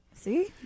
See